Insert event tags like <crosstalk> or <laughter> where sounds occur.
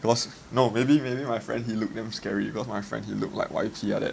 cause no maybe maybe my friend he looked damn scary because my friend he look like Y_T like that <laughs>